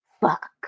fuck